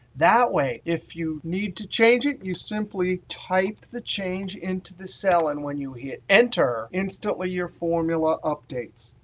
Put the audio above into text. that way, if you need to change it, you simply type the change into the cell. and when you hit enter, instantly your formula updates.